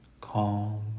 calm